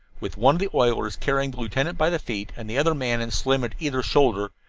with one of the oilers carrying the lieutenant by the feet, and the other man and slim at either shoulder,